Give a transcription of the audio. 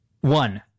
one